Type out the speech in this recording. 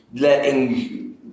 letting